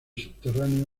subterráneo